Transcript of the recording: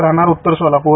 राहणार उत्तर सोलापूर